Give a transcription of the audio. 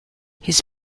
his